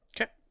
Okay